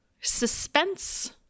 suspense